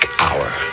hour